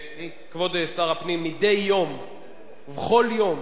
כבוד שר הפנים, מדי יום ובכל יום